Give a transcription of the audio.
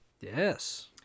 Yes